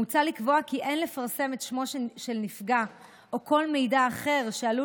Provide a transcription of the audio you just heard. מוצע לקבוע כי אין לפרסם את שמו של נפגע או כל מידע אחר שעלול